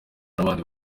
n’abandi